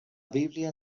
bíblia